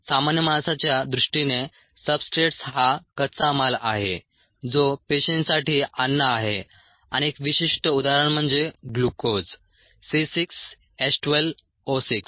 सामान्य माणसाच्या दृष्टीने सबस्ट्रेट्स हा कच्चा माल आहे जो पेशींसाठी अन्न आहे आणि एक विशिष्ट उदाहरण म्हणजे ग्लूकोज C6H12O6